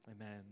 Amen